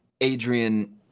Adrian